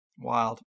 Wild